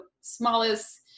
smallest